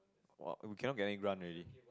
wa we cannot get any grant already